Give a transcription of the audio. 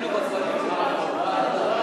לדיון מוקדם בוועדת הכלכלה נתקבלה.